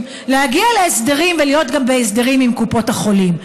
להגיע להסדרים ולהיות בהסדרים עם קופות החולים?